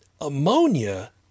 ammonia